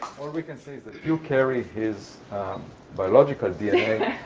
all we can carry his biological dna,